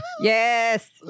Yes